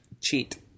Cheat